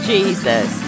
Jesus